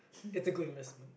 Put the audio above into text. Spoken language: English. it's a good investment